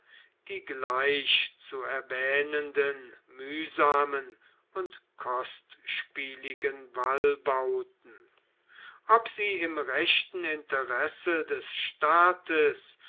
die gleich zu erwähnenden mühsamen und kostspieligen wallbauten ob sie im rechten interesse des staates